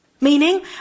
Meaning